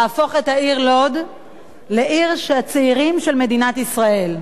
להפוך את העיר לוד לעיר של הצעירים של מדינת ישראל.